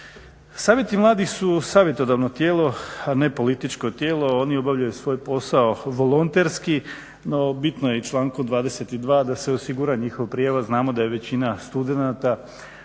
Savjeti mladih su savjetodavno tijelo, a ne političko tijelo. Oni obavljaju svoj posao volonterski, no bitno je i člankom 22. da se osigura njihov …, znamo da je većina studenata